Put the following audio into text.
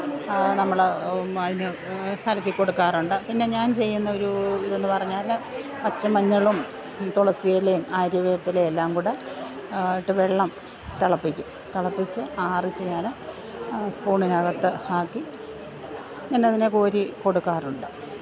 നമ്മൾ അതിന് കലക്കി കൊടുക്കാറൊണ്ട് പിന്നെ ഞാൻ ചെയ്യുന്ന ഒരു ഇതെന്ന് പറഞ്ഞാൽ പച്ച മഞ്ഞളും തുളസി ഇലയും ആര്യവേപ്പ് ഇലയും എല്ലാം കൂടെ ഇട്ട് വെള്ളം തിളപ്പിക്കും തിളപ്പിച്ച് ആറിച്ച് ഞാൻ സ്പൂണിനകത്ത് ആക്കി ഇങ്ങനെ അതിന് കോരി കൊടുക്കാറുണ്ട്